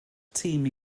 tîm